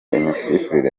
imisifurire